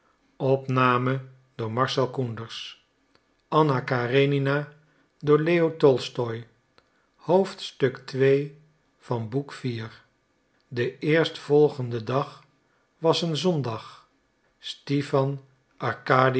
ii de eerstvolgende dag was een zondag